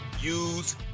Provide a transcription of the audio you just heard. use